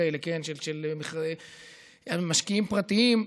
כאלה של משקיעים פרטיים.